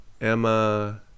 Emma